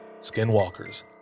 skinwalkers